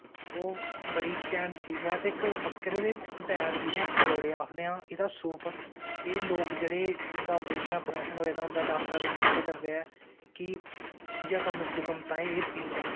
ओह् बड़ी घैंट चीज़ ऐ ते इक बकरे दे पैर जिनेंगी खरौड़े आखदे आं एह्दा सूप एह् लोग दिंदा अप्रेशन होए दा होंदा ऐ लोग रिकमैंड करदे ऐं ते कि जख्म जुख्म तांई एह् पीना